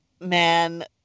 man